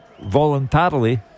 voluntarily